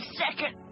second